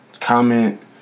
comment